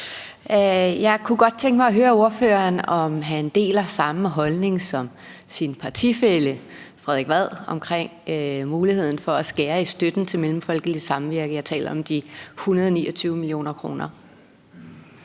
Jeg kunne godt tænke mig at høre ordføreren, om han deler samme holdning som sin partifælle Frederik Vad omkring muligheden for at skære i støtten til Mellemfolkeligt Samvirke. Jeg taler om de 129 mio. kr.